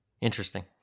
Interesting